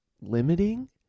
limiting